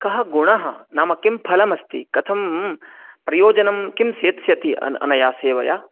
कः गुणः नाम किं फलम् अस्ति कथं प्रयोजनं किं सेत्स्यति अ अनया सेवया